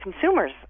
consumers